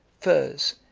furs,